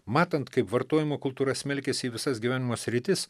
matant kaip vartojimo kultūra smelkiasi į visas gyvenimo sritis